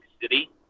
city